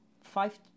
five